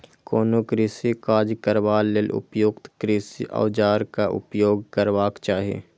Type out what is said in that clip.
कोनो कृषि काज करबा लेल उपयुक्त कृषि औजारक उपयोग करबाक चाही